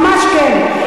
ממש לא.